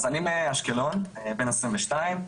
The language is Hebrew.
אז אני מאשקלון בן 22,